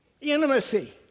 Intimacy